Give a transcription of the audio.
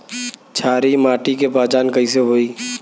क्षारीय माटी के पहचान कैसे होई?